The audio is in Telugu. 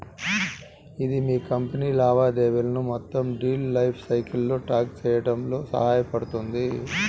ఇది మీ కంపెనీ లావాదేవీలను మొత్తం డీల్ లైఫ్ సైకిల్లో ట్రాక్ చేయడంలో సహాయపడుతుంది